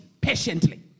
patiently